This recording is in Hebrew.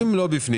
אם לא בפנים,